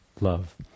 love